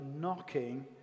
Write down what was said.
knocking